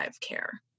care